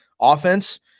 offense